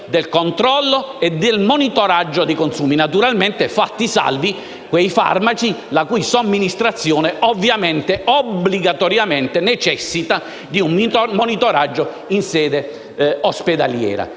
del controllo e del monitoraggio dei consumi, naturalmente fatti salvi quei farmaci la cui somministrazione necessita obbligatoriamente di un monitoraggio in sede ospedaliera.